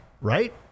right